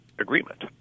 agreement